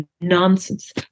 nonsense